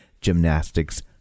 Gymnastics